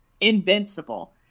invincible